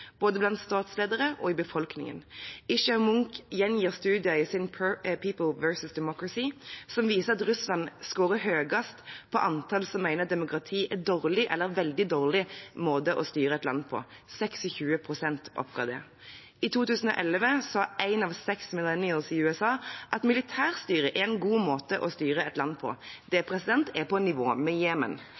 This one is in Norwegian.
både blant statsledere og i befolkningen. Yascha Mounk gjengir studier i sin The People Vs. Democracy som viser at Russland scorer høyest når det gjelder antallet som mener demokrati er en dårlig eller en veldig dårlig måte å styre et land på. 26 pst. oppga det. I 2011 sa en av seks «millennials» i USA at militærstyre er en god måte å styre et land på. Det er på nivå med